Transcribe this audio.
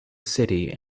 city